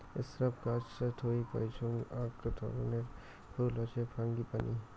shrub গাছ থুই পাইচুঙ আক ধরণের ফুল হসে ফ্রাঙ্গিপানি